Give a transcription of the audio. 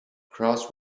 cross